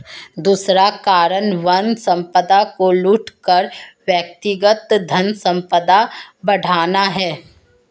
दूसरा कारण वन संपदा को लूट कर व्यक्तिगत धनसंपदा बढ़ाना है